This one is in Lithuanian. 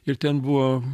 ir ten buvo